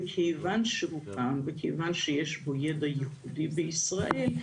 וכיוון שהוקם וכיוון שיש פה ידע ייחודי בישראל,